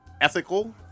ethical